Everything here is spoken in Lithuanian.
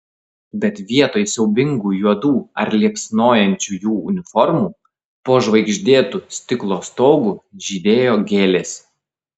bet vietoj siaubingų juodų ar liepsnojančių jų uniformų po žvaigždėtu stiklo stogu žydėjo gėlės